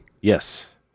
Yes